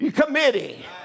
committee